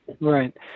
Right